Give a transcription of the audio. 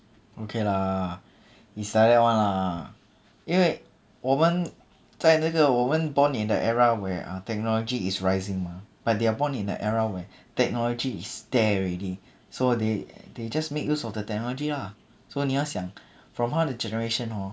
okay lah is like that [one] lah 因为我们在那个我们 born in the era where uh technology is rising mah but they are born in an era where technology is there already so they they just make use of the technology lah so 你要想 from 她 generation hor